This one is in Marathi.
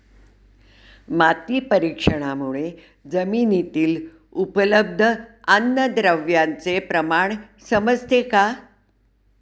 माती परीक्षणामुळे जमिनीतील उपलब्ध अन्नद्रव्यांचे प्रमाण समजते का?